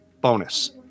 bonus